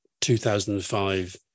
2005